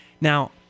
Now